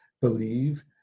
believe